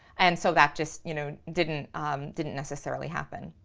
and so that just you know didn't didn't necessarily happen.